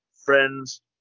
friends